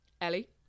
Ellie